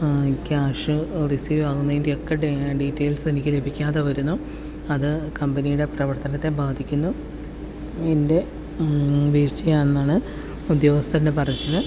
cash receive ആവുന്നതിൻ്റെ ഒക്കെ details എനിക്ക് എനിക്ക് ലഭിക്കാതെ വരുന്നു അത് കമ്പനിയുടെ പ്രവർത്തനത്തെ ബാധിക്കുന്നു എൻ്റെ വീഴ്ചയാണെന്നാണ് ഉദ്യോഗസ്ഥൻ്റെ പറച്ചിൽ